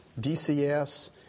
DCS